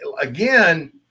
Again